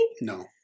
No